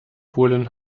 holen